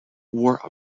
wore